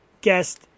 guest